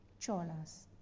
Cholas